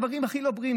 דברים הכי לא בריאים.